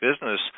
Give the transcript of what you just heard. business